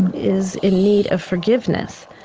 is in need of forgiveness?